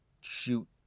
shoot